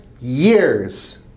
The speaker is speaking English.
years